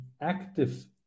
active